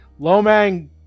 Lomang